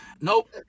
Nope